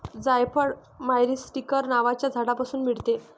जायफळ मायरीस्टीकर नावाच्या झाडापासून मिळते